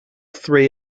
three